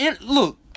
Look